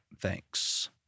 thanks